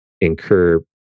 incur